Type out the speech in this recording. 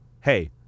Hey